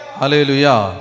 hallelujah